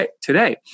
today